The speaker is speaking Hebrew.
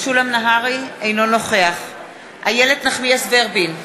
אינו נוכח איילת נחמיאס ורבין,